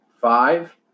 five